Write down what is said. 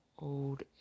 old